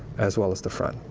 as well as the front.